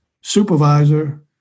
supervisor